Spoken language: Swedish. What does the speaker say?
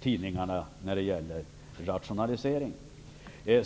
tidningarna när det gäller rationalisering.